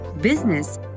business